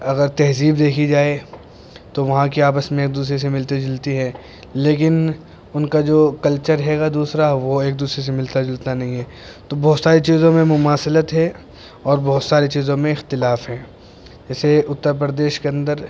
اگر تہذیب دیکھی جائے تو وہاں کی آپس میں ایک دوسرے سے ملتی جلتی ہے لیکن ان کا جو کلچر ہے گا دوسرا وہ ایک دوسرے سے ملتا جلتا نہیں ہے تو بہت ساری چیزوں میں مماثلت ہے اور بہت ساری چیزوں میں اختلاف ہیں جسے اتر پردیش کے اندر